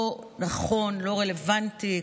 לא נכון, לא רלוונטי.